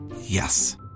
Yes